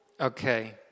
Okay